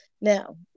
Now